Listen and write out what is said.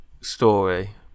story